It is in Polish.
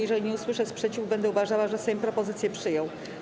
Jeżeli nie usłyszę sprzeciwu, będę uważała, że Sejm propozycję przyjął.